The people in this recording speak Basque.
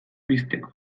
pizteko